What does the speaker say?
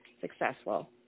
successful